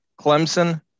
Clemson